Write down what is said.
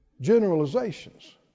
generalizations